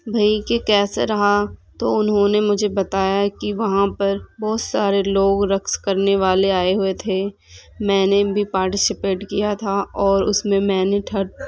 بھائی کہ کیسا رہا تو انہوں نے مجھے بتایا کہ وہاں پر بہت سارے لوگ رقص کرنے والے آئے ہوئے تھے میں نے بھی پارٹیسپیٹ کیا تھا اور اس میں میں نے تھرڈ